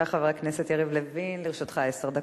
בבקשה, לרשותך עשר דקות.